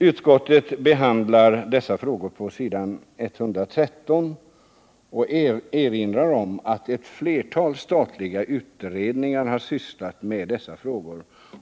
Utskottet behandlar dessa frågor på s. 113 och erinrar om att ett flertal statliga utredningar har sysslat med dem.